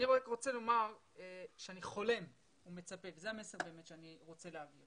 אני רוצה לומר שאני חולם ומצפה וזה המסר שאני רוצה להעביר